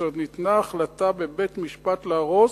זאת אומרת, ניתנה החלטה בבית-משפט להרוס,